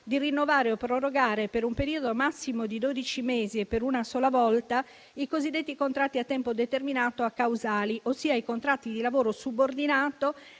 di rinnovare o prorogare, per un periodo massimo di dodici mesi e per una sola volta, i cosiddetti contratti a tempo determinato acausali, ossia i contratti di lavoro subordinato